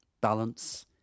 Balance